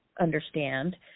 understand